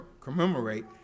commemorate